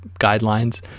guidelines